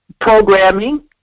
programming